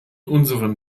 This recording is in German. unseren